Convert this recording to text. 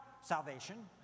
Salvation